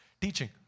teaching